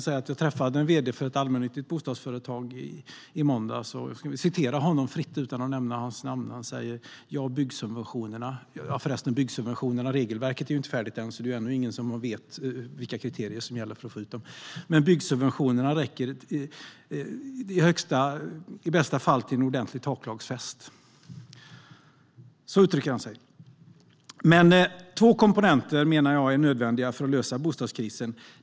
Regelverket för byggsubventionerna är inte färdigt än, så det är ännu ingen som vet vilka kriterier som gäller för att få ut dem. Jag träffade vd:n för ett allmännyttigt bostadsföretag i måndags. Jag skulle vilja referera honom fritt utan att nämna hans namn. Han sa: Byggsubventionerna räcker i bästa fall till en ordentlig taklagsfest. Två komponenter menar jag är nödvändiga för att lösa bostadskrisen.